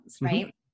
right